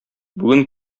бүген